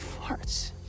farts